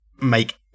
make